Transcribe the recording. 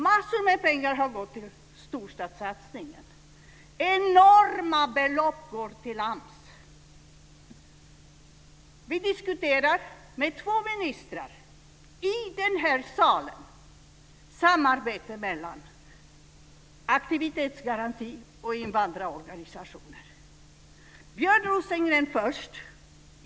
Massor av pengar har gått till Storstadssatsningen. Enorma belopp går till AMS. Vi har med två ministrar i den här salen diskuterat samarbetet mellan aktivitetsgarantin och invandrarorganisationer. Först var det Björn Rosengren.